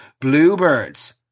Bluebirds